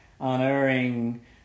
unerring